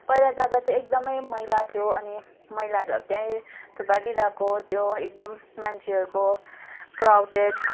पहिला जाँदा त एकदमै मैला थियो अनि मैलाहरू अब त्यहीँ थुपारी रहेको त्यो एकदम मान्छेहरूको क्राउडेड